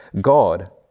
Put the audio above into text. God